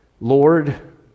Lord